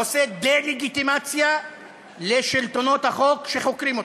עושה דה-לגיטימציה לשלטונות החוק שחוקרים אותו.